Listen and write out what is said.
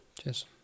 Cheers